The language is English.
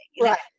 Right